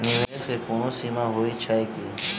निवेश केँ कोनो सीमा होइत छैक की?